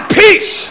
peace